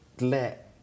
let